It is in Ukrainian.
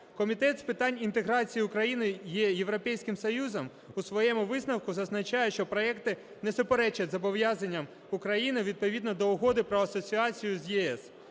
Комітет з питань інтеграції України з Європейським Союзом у своєму висновку зазначає, що проекти не суперечать зобов'язанням України відповідно до Угоди про асоціацію з ЄС,